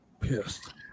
pissed